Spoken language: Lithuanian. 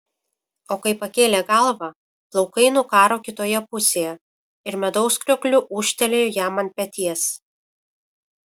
o kai pakėlė galvą plaukai nukaro kitoje pusėje ir medaus kriokliu ūžtelėjo jam ant peties